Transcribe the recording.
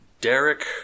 Derek